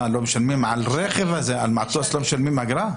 משלמים אגרה?